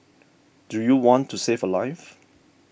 do you want to save a life